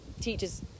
teachers